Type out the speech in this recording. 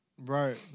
Right